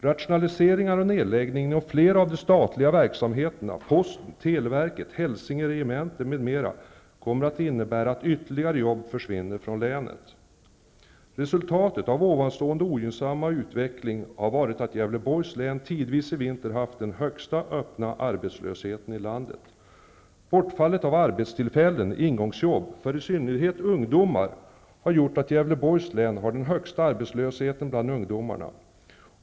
Rationaliseringar och nedläggning inom flera av de statliga verksamhetsområdena -- Posten, televerket, Helsinge regemente m.m. kommer att innebära att ytterligare jobb försvinner från länet. Resultatet av ovanstående ogynsamma utveckling har varit att Gävleborgs län tidvis i vinter haft den högsta öppna arbetslösheten i landet. Bortfallet av arbetstillfällen/ingångsjobb för i synnerhet ungdomar har gjort att Gävleborgs län har den högsta arbetslösheten bland ungdomarna.